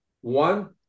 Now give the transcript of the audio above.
one